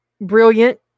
brilliant